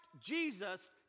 Jesus